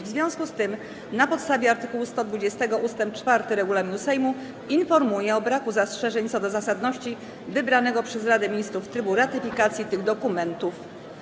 W związku z tym, na podstawie art. 120 ust. 4 regulaminu Sejmu, informuję o braku zastrzeżeń co do zasadności wybranego przez Radę Ministrów trybu ratyfikacji tych dokumentów.